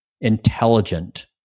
intelligent